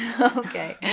Okay